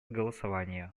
голосования